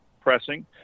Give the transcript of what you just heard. pressing